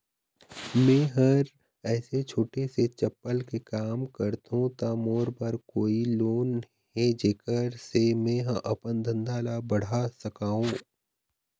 मैं हर ऐसे छोटे से चप्पल के काम करथों ता मोर बर कोई लोन हे जेकर से मैं हा अपन धंधा ला बढ़ा सकाओ?